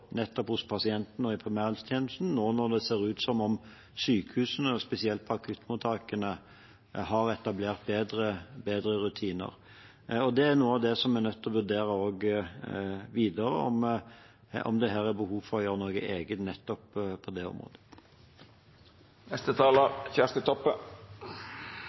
hos pasienten og i primærhelsetjenesten nå når det ser ut som om sykehusene, spesielt akuttmottakene, har etablert bedre rutiner. Det er noe av det vi er nødt til å vurdere videre – om det er behov for å gjøre noe eget på det